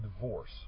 divorce